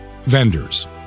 vendors